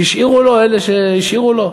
שהשאירו לו אלה שהשאירו לו?